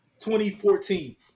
2014